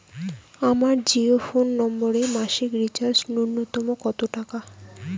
আমার জিও ফোন নম্বরে মাসিক রিচার্জ নূন্যতম কত টাকা?